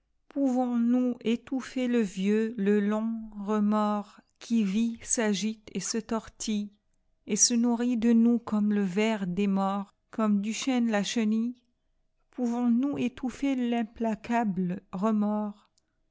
pouvons-nous étouffer le vieux le long remords qui vit s'agite et se tortille et se nourrit de nous comme le ver des morts comme du chêne la chenille pouvons-nous étouffer l'implacable remords